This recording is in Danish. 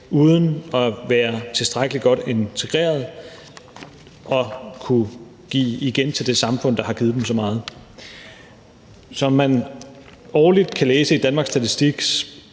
uden at være tilstrækkelig godt integreret og uden at kunne give igen til det samfund, der har givet dem så meget. Som man årligt kan læse i Danmarks Statistiks